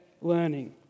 learning